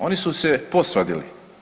Oni su se posvadili.